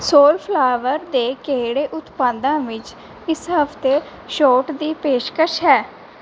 Soulflower ਦੇ ਕਿਹੜੇ ਉਤਪਾਦਾਂ ਵਿੱਚ ਇਸ ਹਫ਼ਤੇ ਛੋਟ ਦੀ ਪੇਸ਼ਕਸ਼ ਹੈ